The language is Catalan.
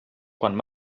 quan